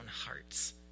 hearts